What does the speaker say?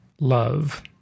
love